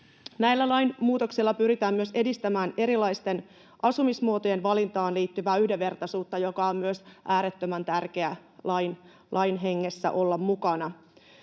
Näillä lainmuutoksilla pyritään myös edistämään erilaisten asumismuotojen valintaan liittyvää yhdenvertaisuutta, jonka on myös äärettömän tärkeää lain hengessä olla mukana.